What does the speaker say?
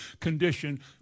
condition